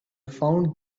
found